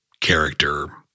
character